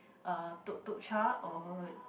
uh Tuk Tuk Cha or